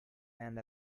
and